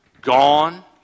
Gone